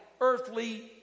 earthly